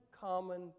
common